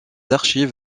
archives